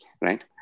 right